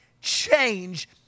change